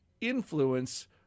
influence